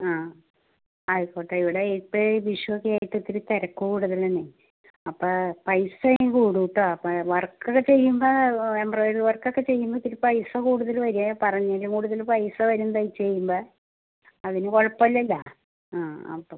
ആ ആയിക്കോട്ടെ ഇവിടെ ഇപ്പം വിഷു ഒക്കെയായിട്ട് ഒത്തിരി തിരക്ക് കൂടുതലാണേ അപ്പം പൈസയും കൂടും കേട്ടോ അപ്പം വർക്ക് ഒക്കെ ചെയ്യുമ്പോൾ എംബ്രോയ്ഡറി വർക്ക് ഒക്കെ ചെയ്യുമ്പം ഇത്തിരി പൈസ കൂടുതൽ വരുവേ പറഞ്ഞതിലും കൂടുതൽ പൈസ വരും തയ്ച്ച് കഴിയുമ്പം അതിന് കുഴപ്പമില്ലല്ലോ ആ അപ്പോൾ